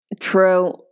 true